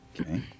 Okay